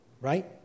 right